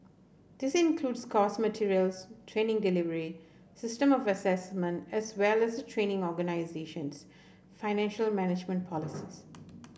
decide includes course materials training delivery system of assessment as well as training organisation's financial management policies